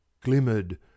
glimmered